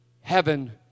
heaven